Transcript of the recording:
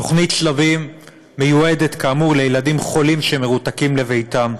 תוכנית שלבים מיועדת כאמור לילדים חולים שמרותקים לביתם,